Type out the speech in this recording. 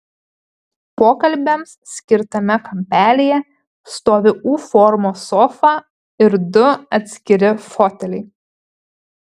pokalbiams skirtame kampelyje stovi u formos sofa ir du atskiri foteliai